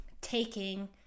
taking